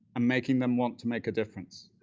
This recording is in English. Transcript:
um making them want to make a difference.